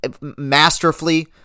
masterfully